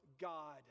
God